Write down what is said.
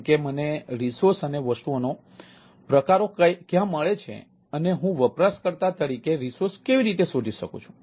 જેમ કે મને રિસોર્સ અને વસ્તુઓના પ્રકારો ક્યાં મળે છે અને હું વપરાશકર્તા તરીકે રિસોર્સ કેવી રીતે શોધી શકું છું